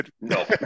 no